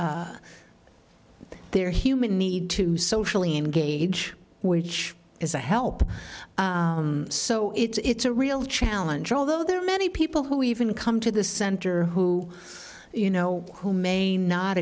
of their human need to socially engage which is a help so it's a real challenge although there are many people who even come to the center who you know who may not